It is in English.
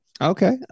Okay